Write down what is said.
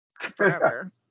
forever